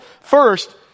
First